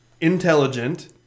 intelligent